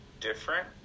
different